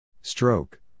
Stroke